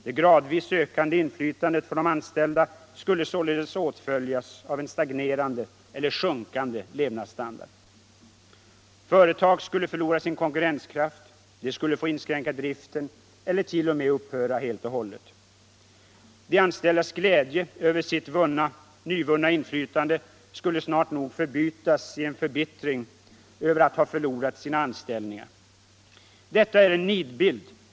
Det gradvis ökande inflytandet för de anställda skulle således åtföljas av en stagnerande eller sjunkande levnadsstandard. Företag skulle förlora sin konkurrenskraft, de skulle få inskränka driften eller t.o.m. upphöra helt och hållet. De anställdas glädje över sitt nyvunna inflytande skulle snart nog förbytas i en förbittring över att ha förlorat sina anställningar. Detta är en nidbild.